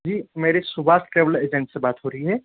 जी मेरी Subhash travel agent से बात हो रही है